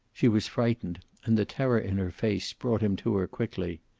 she was frightened, and the terror in her face brought him to her quickly.